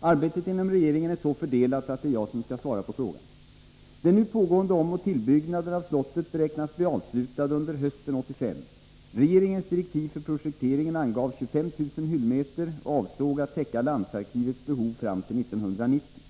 Arbetet inom regeringen är så fördelat att det är jag som skall svara på frågan. Den nu pågående omoch tillbyggnaden av slottet beräknas bli avslutad under hösten 1985. Regeringens direktiv för projekteringen angav 25 000 hyllmeter och avsåg att täcka landsarkivets behov fram till 1990.